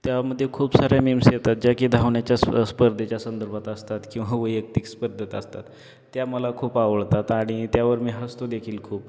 त्यामध्ये खूप साऱ्या मीम्स येतात ज्या की धावण्याच्या स् स्पर्धेच्या संदर्भात असतात किंवा वैयक्तिक स्पर्धेत असतात त्या मला खूप आवडतात आणि त्यावर मी हसतोदेखील खूप